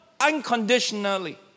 unconditionally